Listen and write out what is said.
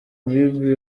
bible